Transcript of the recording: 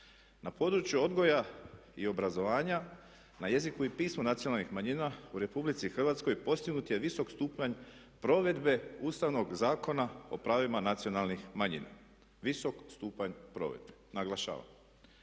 Na području odgoja i obrazovanja na jeziku i pismu nacionalnih manjina u Republici Hrvatskoj postignut je visok stupanj provedbe Ustavnog zakona o pravima nacionalnih manjina. Visok stupanj provedbe, naglašavam.